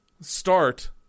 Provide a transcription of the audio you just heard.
start